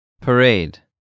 parade